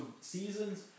seasons